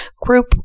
group